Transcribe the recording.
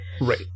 Right